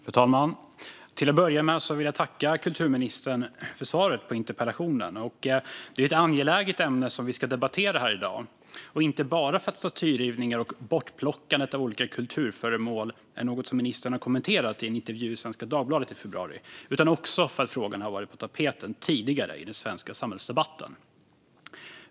Fru talman! Till att börja med vill jag tacka kulturministern för svaret på interpellationen. Det är ett angeläget ämne vi ska debattera här i dag, inte bara för att statyrivningar och bortplockande av olika kulturföremål är något som ministern kommenterade i en intervju i Svenska Dagbladet i februari, utan också för att frågan varit på tapeten tidigare i den svenska samhällsdebatten.